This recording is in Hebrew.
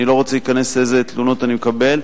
אני לא רוצה להיכנס לאיזה תלונות אני מקבל,